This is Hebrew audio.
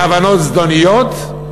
כוונות זדוניות.